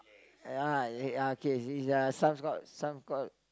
ya uh K is uh some called some called